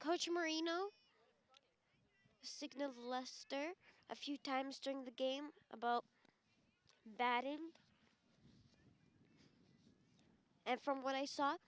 coach marino signals lester a few times during the game about that and from what i saw